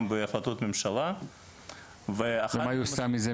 בהחלטות ממשלה ואחת --- מה נעשה עם זה,